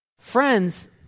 Friends